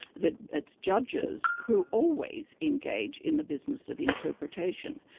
that it's judges who always engage in the business of interpretation.